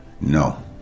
No